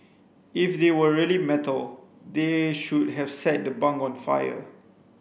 if they were really metal they should have set the bunk on fire